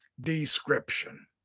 description